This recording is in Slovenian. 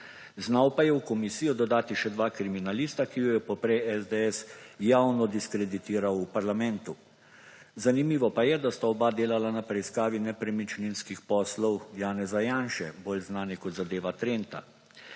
Znal pa je v komisijo dodati še dva kriminalista, ki ju je poprej SDS javno diskreditiral v parlamentu. Zanimivo pa je, da sta oba delala na preiskavi nepremičninskih poslov Janeza Janše, bolj znani kot zadeva Trenta.